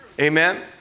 Amen